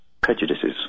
prejudices